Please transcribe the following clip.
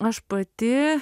aš pati